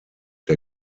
der